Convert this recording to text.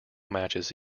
matches